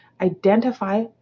identify